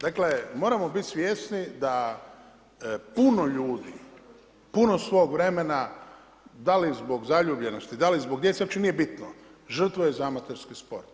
Dakle, moramo biti svjesni da puno ljudi, puno svog vremena, da li zbog zaljubljenosti, da li zbog djece, uopće nije bitno žrtvuje za amaterski sport.